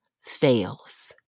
fails